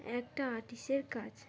একটা আর্টিস্টের কাজ